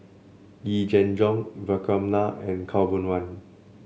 Yee Jenn Jong Vikram Nair and Khaw Boon Wan